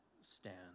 stand